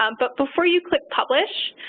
um but before you click publish,